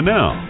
Now